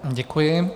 Děkuji.